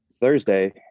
Thursday –